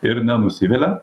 ir nenusivilia